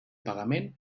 pagament